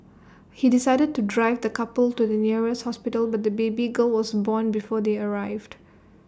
he decided to drive the couple to the nearest hospital but the baby girl was born before they arrived